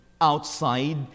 outside